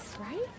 right